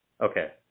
Okay